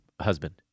husband